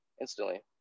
instantly